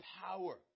power